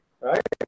right